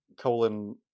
colon